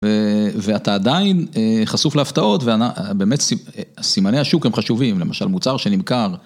ואתה עדיין חשוף להפתעות ובאמת סימני השוק הם חשובים, למשל מוצר שנמכר.